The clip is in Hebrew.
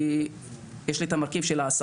כי יש לי את המרכיב של ההסעות.